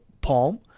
palm